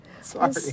Sorry